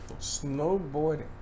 Snowboarding